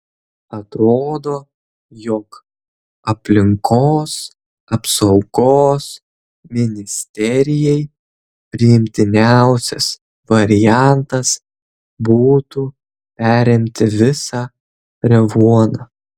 atrodo jog aplinkos apsaugos ministerijai priimtiniausias variantas būtų perimti visą revuoną